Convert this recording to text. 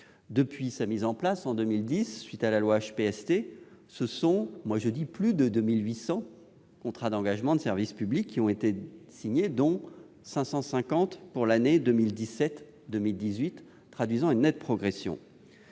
Depuis sa mise en place en 2010, à la suite de l'adoption de la loi HPST, ce sont plus de 2 800 contrats d'engagement de service public qui ont été signés, dont 550 pour l'année 2017-2018, traduisant une nette progression.